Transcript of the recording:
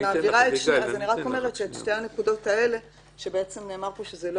אז אני רק אומרת ששתי הנקודות האלה שנאמר שזה לא